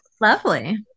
lovely